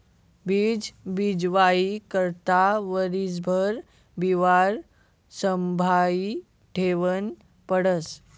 बीज बीजवाई करता वरीसभर बिवारं संभायी ठेवनं पडस